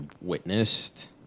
witnessed